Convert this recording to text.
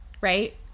Right